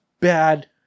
bad